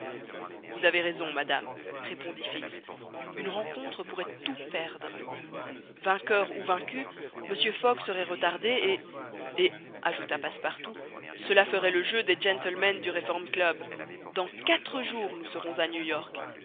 vous avez raison madame répondit fix une rencontre pourrait tout perdre vainqueur ou vaincu mr fogg serait retardé et et ajouta passepartout cela ferait le jeu des gentlemen du reform club dans quatre jours nous serons à